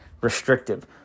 Restrictive